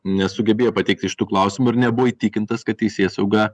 nesugebėjo pateikti šitų klausimų ir nebuvo įtikintas kad teisėsauga